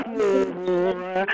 more